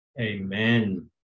Amen